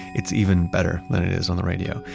it's even better than it is on the radio.